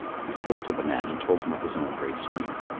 he spoke to the man and told him of his own great strength.